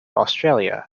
australia